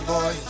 Boy